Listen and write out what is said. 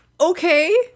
Okay